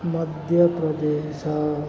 Madhya Pradesh